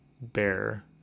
bear